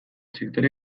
sektore